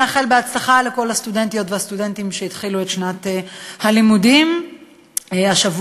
נאחל הצלחה לכל הסטודנטיות והסטודנטים שהתחילו את שנת הלימודים השבוע,